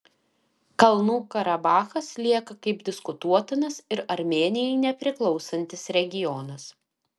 kalnų karabachas lieka kaip diskutuotinas ir armėnijai nepriklausantis regionas